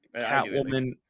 Catwoman